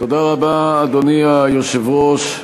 אדוני היושב-ראש,